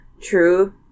True